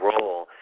role